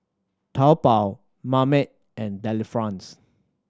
Taobao Marmite and Delifrance